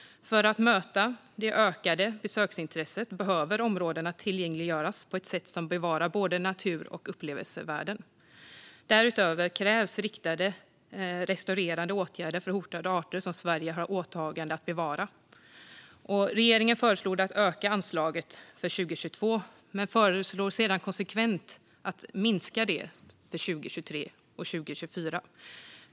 För att möta det ökade besöksintresset behöver områdena tillgängliggöras på ett sätt som bevarar både natur och upplevelsevärden. Därutöver krävs riktade restaurerande åtgärder för hotade arter som Sverige har åtagande att bevarande. Regeringen har föreslagit en ökning av anslaget för 2022 men föreslår sedan konsekvent en minskning av anslaget för 2023 och 2024.